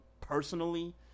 personally